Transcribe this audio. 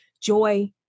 joy